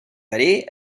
verí